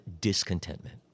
discontentment